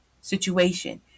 situation